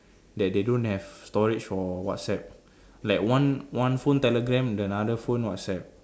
that they don't have storage for WhatsApp like one one phone telegram the other phone WhatsApp